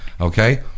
okay